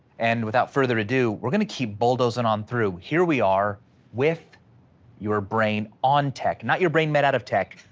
and without further ado, we're gonna keep bulldozing on through here we are with your brain on tech, not your brain made out of tech,